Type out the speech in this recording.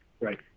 right